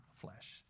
flesh